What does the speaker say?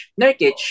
Nurkic